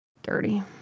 Dirty